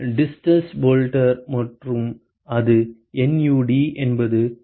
Dittus Boelter மற்றும் அது NuD என்பது 0